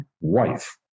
wife